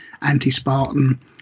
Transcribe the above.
anti-Spartan